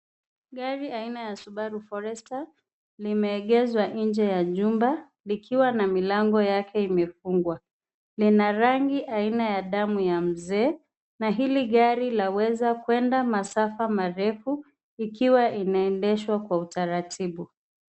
Gari aina ya subaru forester limeegezwa nje ya jumba likiwa na milango yake imefungwa. Lina rangi aina ya damu ya mzee na hili gari laweza kwenda masafa marefu ikiwa inaendeshwa kwa utaratibu.